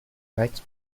writes